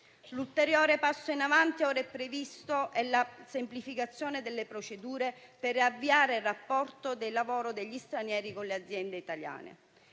L'ulteriore passo in avanti ora previsto è la semplificazione delle procedure per avviare il rapporto di lavoro degli stranieri con le aziende italiane.